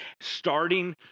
starting